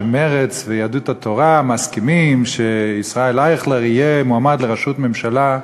שמרצ ויהדות התורה מסכימים שישראל אייכלר יהיה מועמד לראשות הממשלה,